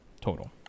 total